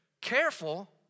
Careful